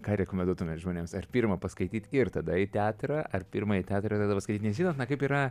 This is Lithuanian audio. ką rekomenduotumėt žmonėms ar pirma paskaityt ir tada į teatrą ar pirma į teatrą o tada paskaityt nes žinot na kaip yra